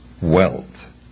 wealth